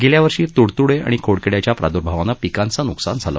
गेल्यावर्षी तूडतूडे आणि खोडकिड्याच्या प्रादूर्भावानं पिकांचं नुकसान झालं होतं